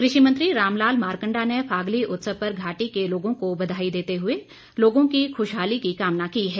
कृषि मंत्री रामलाल मार्कण्डा ने फागली उत्सव पर घाटी के लोगों को बधाई देते हुए लोगों की खुशहाली की कामना की है